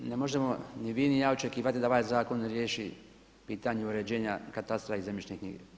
Ne možemo ni vi ni ja očekivati da ovaj zakon riješi pitanje uređenja katastra i zemljišne knjige.